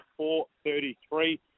$4.33